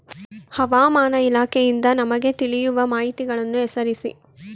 ಹವಾಮಾನ ಇಲಾಖೆಯಿಂದ ನಮಗೆ ತಿಳಿಯುವ ಮಾಹಿತಿಗಳನ್ನು ಹೆಸರಿಸಿ?